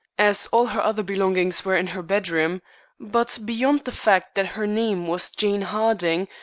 as all her other belongings were in her bedroom but beyond the fact that her name was jane harding,